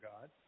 God